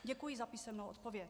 Děkuji za písemnou odpověď.